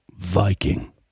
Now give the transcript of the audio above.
Viking